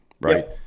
Right